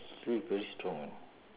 very strong [what]